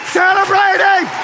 celebrating